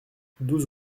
douze